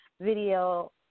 video